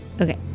okay